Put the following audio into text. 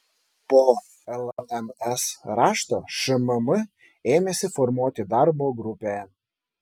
po lms rašto šmm ėmėsi formuoti darbo grupę